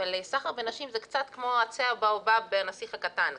אבל סחר בנשים זה קצת כמו עצי הבאובב ב"הנסיך הקטן",